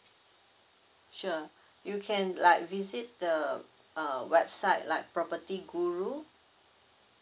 sure you can like visit the uh website like property guru